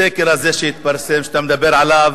הסקר הזה שהתפרסם, שאתה מדבר עליו,